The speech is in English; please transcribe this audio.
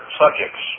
subjects